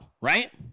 right